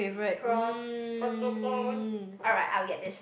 prawns prawns prawns prawns alright I'll get this